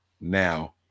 now